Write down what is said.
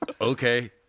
Okay